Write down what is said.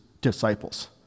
disciples